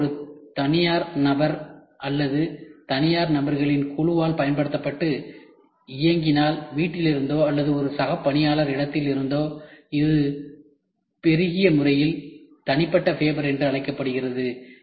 ஃபேபர் ஒரு தனியார் நபர் அல்லது தனியார் நபர்களின் குழுவால் பயன்படுத்தப்பட்டு இயங்கினால் வீட்டிலிருந்தோ அல்லது ஒரு சக பணியாளர் இடத்திலிருந்தோ இது பெருகிய முறையில் தனிப்பட்ட ஃபேபர் என்று அழைக்கப்படுகிறது